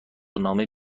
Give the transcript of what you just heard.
نامه